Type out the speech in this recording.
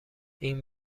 این